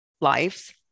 lives